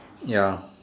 ya